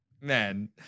man